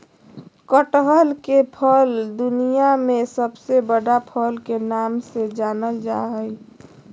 कटहल के फल दुनिया में सबसे बड़ा फल के नाम से जानल जा हइ